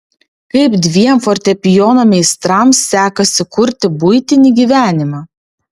kaip dviem fortepijono meistrams sekasi kurti buitinį gyvenimą